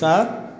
sir